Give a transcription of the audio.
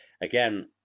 Again